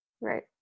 Right